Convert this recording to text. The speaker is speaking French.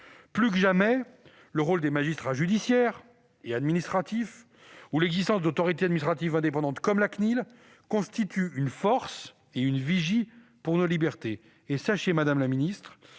Plus que jamais, le rôle des magistrats judiciaires et administratifs ou l'existence d'autorités administratives indépendantes comme la CNIL constituent une force, une vigie pour nos libertés.